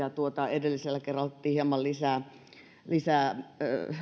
edellisellä kerralla otettiin hieman lisää lisää